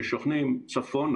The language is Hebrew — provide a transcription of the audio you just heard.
ששוכנים צפונה